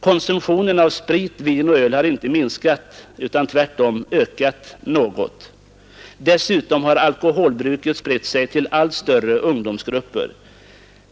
Konsumtionen av sprit, vin och öl har inte minskat ——— utan tvärtom ökat något. ——— Dessutom har alkoholbruket spritt sig till allt större ungdomsgrupper.